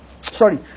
Sorry